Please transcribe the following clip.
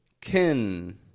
Kin